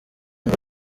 ngo